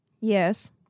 Yes